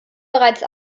bereits